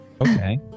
okay